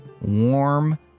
warm